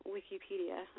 Wikipedia